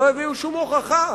לא הביאו שום הוכחה.